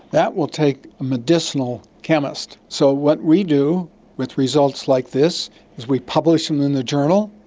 that will take a medicinal chemist. so what we do with results like this is we publish them in the journal,